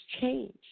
changed